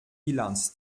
bilanz